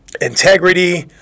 integrity